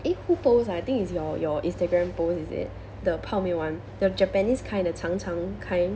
eh who post ah I think is your your instagram post is it the 泡面 [one] the japanese kind the 长长 kind